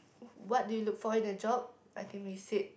what do you look for in a job I think we said